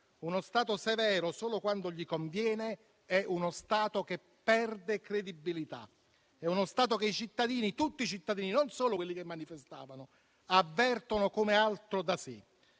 Uno Stato severo solo quando gli conviene è uno Stato che perde credibilità, è uno Stato che i cittadini, tutti i cittadini, non solo quelli che manifestavano, avvertono come altro da sé.